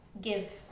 give